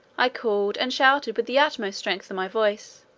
i called and shouted with the utmost strength of my voice